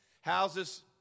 houses